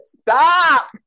Stop